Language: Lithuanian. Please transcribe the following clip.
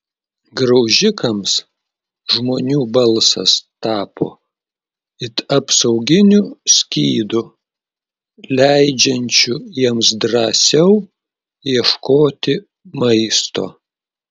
graužikams žmonių balsas tapo it apsauginiu skydu leidžiančiu jiems drąsiau ieškoti maisto